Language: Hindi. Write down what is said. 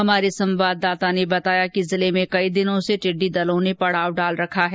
हमारे संवाददाता ने बताया कि जिले में कई दिनों से टिड्डी दलों ने पडाव डाल रखा है